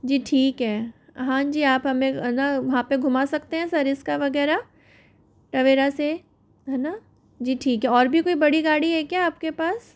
जी ठीक है हाँ जी आप हमें है ना वहाँ पे घूमा सकते हैं सरिस्का वग़ैरह टवेरा से हाँ ना जी ठीक है और भी कोई बड़ी गाड़ी है क्या आप के पास